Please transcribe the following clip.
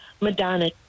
Madonna